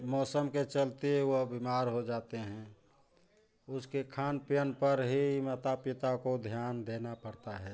मौसम के चलते वह बीमार हो जाते हैं उसके खान पियन पर ही माता पिता को ध्यान देना पड़ता है